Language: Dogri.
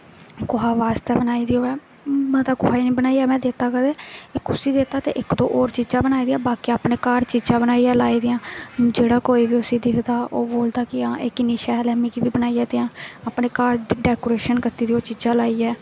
कुसा बास्तै बनाई दी होऐ मतलब कुसा गी नी बनाइयै दित्ता में कदें इक उसी गै दित्ता ते इक दो होर चीजां बनाई दियां बाकी अपने घर बनाइयै चीजां लाई दियां हून जेह्ड़ा कोई बी उसी दिखदा ओह् बोलदा कि हां एह् किन्नी शैल ऐ मिगी बी बनाइयै देआं अपने घर दा डैकोरेशन कीती दी ओह् चीजां लाइयै